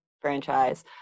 franchise